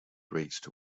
reached